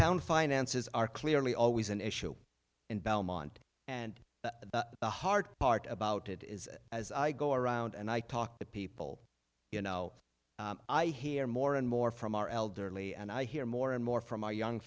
town finances are clearly always an issue in belmont and the hard part about it is as i go around and i talk to people you know i hear more and more from our elderly and i hear more and more from our young